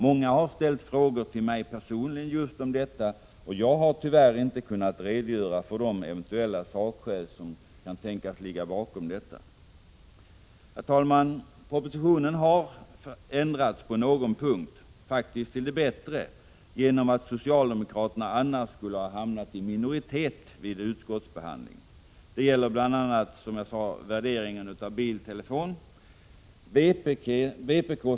Många har ställt frågor till mig personligen just om detta, och jag har tyvärr inte kunnat redogöra för de eventuella sakskäl som kan tänkas ligga bakom. Herr talman! Propositionen har ändrats på någon punkt, till det bättre faktiskt, genom att socialdemokraterna annars skulle ha hamnat i minoritet vid utskottsbehandlingen. Det gäller bl.a. värderingen av biltelefon, som jag tidigare nämnt.